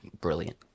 brilliant